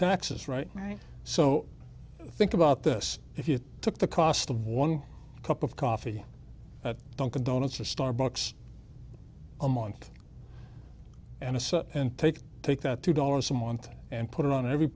taxes right right so think about this if you took the cost of one cup of coffee at dunkin donuts to starbucks a month and a sip and take take that two dollars a month and put it on every